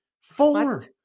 four